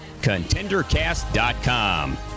ContenderCast.com